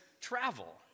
travel